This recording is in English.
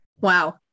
Wow